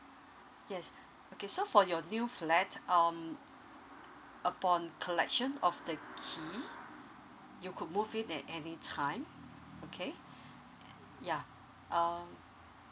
yes okay so for your new flat um upon collection of the key you could move in at any time okay ya um